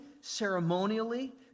ceremonially